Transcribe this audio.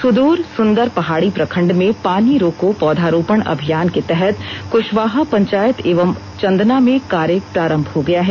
सुद्र सुंदर पहाड़ी प्रखंड में पानी रोको पौधारोपण अभियान के तहत कशवाहा पंचायत एवं चंदना में कार्य प्रारंभ हो गया है